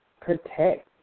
Protect